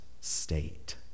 state